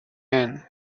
end